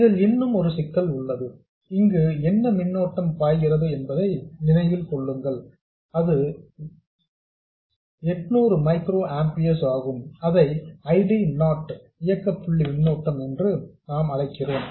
இதில் இன்னும் ஒரு சிக்கல் உள்ளது இங்கு என்ன மின்னோட்ட பாய்கிறது என்பதை நினைவில் கொள்ளுங்கள் அது 800 மைக்ரோ ஆம்பியர்ஸ் ஆகும் அதை I D நாட் இயக்க புள்ளி மின்னோட்டம் என்று நாம் அழைக்கிறோம்